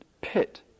pit